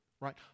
right